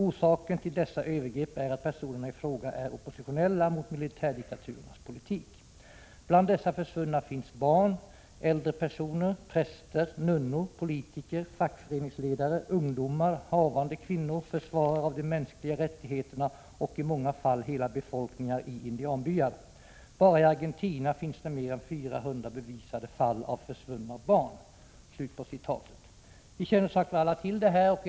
Orsaken till dessa övergrepp är att personerna i fråga är oppositionella mot militärdiktaturernas politik. Bland dessa försvunna finns barn, äldre personer, präster, nunnor, politiker, fackföreningsledare, ungdomar, havande kvinnor, försvarare av de mänskliga rättigheterna och i många fall hela befolkningar i indianbyar. Bara i Argentina finns det mer än 400 bevisade fall av försvunna barn.” Vi känner, som sagt, alla till vad det gäller.